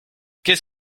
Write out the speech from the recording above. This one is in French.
qu’est